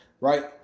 right